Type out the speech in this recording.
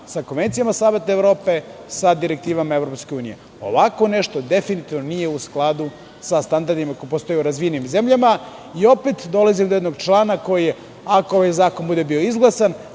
sa konvencijama Saveta Evrope, sa direktivama EU. Ovako nešto definitivno nije u skladu sa standardima koji postoje u razvijenim zemljama. Opet dolazimo do jednog člana, ako ovaj zakon bude izglasan,